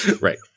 Right